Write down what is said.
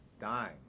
dying